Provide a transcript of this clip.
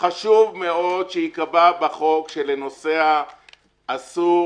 חשוב מאוד שייקבע בחוק שלנוסע אסור